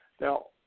Now